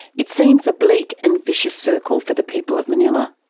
it seems a bleak and vicious circle for the people of manila.